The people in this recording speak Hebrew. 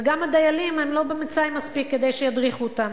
וגם הדיילים הם לא במצאי מספיק כדי שידריכו אותם.